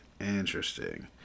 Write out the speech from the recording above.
Interesting